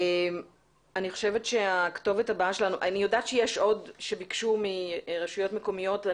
אני יודעת שיש עוד מרשויות מקומיות שביקשו,